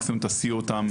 מקסימום תסיעו אותם,